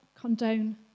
condone